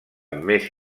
més